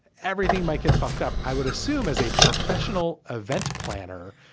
everything might get fucked up. i would assume as a professional event planner,